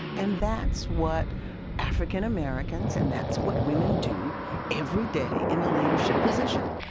and that's what african-americans and that's what women do every day in a leadership position.